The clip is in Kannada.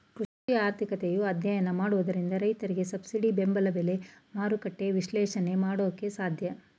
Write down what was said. ಕೃಷಿ ಆರ್ಥಿಕತೆಯ ಅಧ್ಯಯನ ಮಾಡೋದ್ರಿಂದ ರೈತರಿಗೆ ಸಬ್ಸಿಡಿ ಬೆಂಬಲ ಬೆಲೆ, ಮಾರುಕಟ್ಟೆ ವಿಶ್ಲೇಷಣೆ ಮಾಡೋಕೆ ಸಾಧ್ಯ